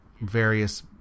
various